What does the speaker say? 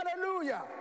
Hallelujah